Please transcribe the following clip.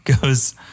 goes